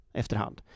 efterhand